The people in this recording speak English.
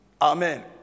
Amen